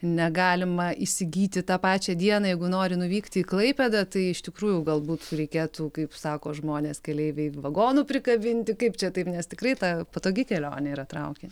negalima įsigyti tą pačią dieną jeigu nori nuvykti į klaipėdą tai iš tikrųjų galbūt reikėtų kaip sako žmonės keleiviai vagonų prikabinti kaip čia taip nes tikrai ta patogi kelionė yra traukiniu